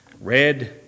red